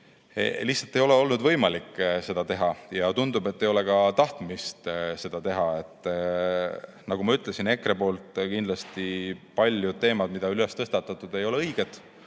Lihtsalt ei ole olnud võimalik seda pidada ja tundub, et ei ole ka tahtmist seda teha. Nagu ma ütlesin, kindlasti paljud teemad, mille EKRE on tõstatanud, ei ole õiged.